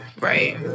right